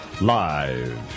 Live